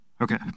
Okay